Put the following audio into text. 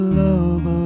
love